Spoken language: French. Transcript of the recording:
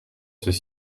ceux